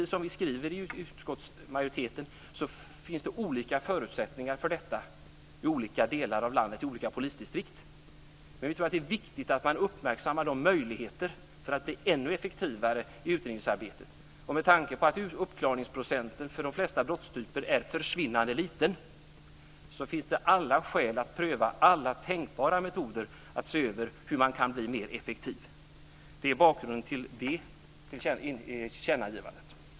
Som vi framhåller i majoritetstexten finns det olika förutsättningar för detta i olika polisdistrikt i landet, men vi tror att det är viktigt att man uppmärksammar möjligheterna att bli ännu effektivare i utredningsarbetet. Med tanke på att uppklaringsprocenten för de flesta brottstyper är försvinnande liten finns det alla skäl att pröva alla tänkbara metoder att se över hur man kan bli mer effektiv. Det är bakgrunden till detta tillkännagivande.